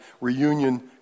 reunion